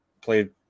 played